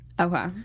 Okay